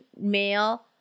male